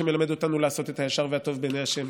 שמלמד אותנו לעשות את הישר והטוב בעיני ה',